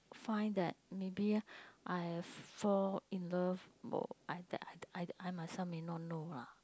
find that maybe I fall in love or I that I I I myself may not know lah